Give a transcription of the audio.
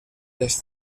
les